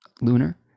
lunar